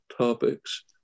topics